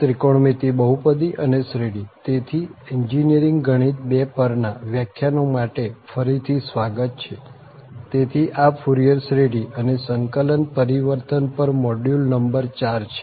ત્રિકોણમિતિ બહુપદી અને શ્રેઢી તેથી એન્જીનિયરિંગ ગણિત 2 પરના વ્યાખ્યાનો માટે ફરીથી સ્વાગત છે તેથી આ ફૂરીયર શ્રેઢી અને સંકલન પરિવર્તન પર મોડ્યુલ નંબર 4 છે